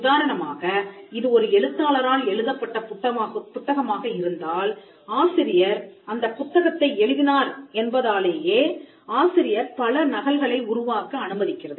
உதாரணமாக இது ஒரு எழுத்தாளரால் எழுதப்பட்ட புத்தகமாக இருந்தால் ஆசிரியர் அந்த புத்தகத்தை எழுதினார் என்பதாலேயே ஆசிரியர் பல நகல்களை உருவாக்க அனுமதிக்கிறது